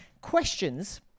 Questions